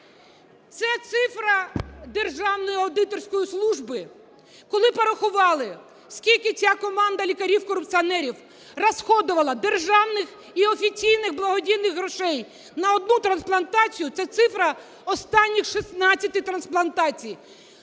Це цифра державної аудиторської служби. Коли порахували, скільки ця команда лікарів-корупціонерів расходовала державних і офіційних благодійних грошей на одну трансплантацію, це цифра останніх 16 трансплантацій.